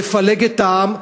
יפלג את העם.